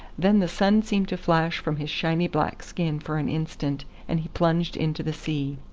then the sun seemed to flash from his shiny black skin for an instant, and he plunged into the sea.